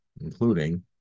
including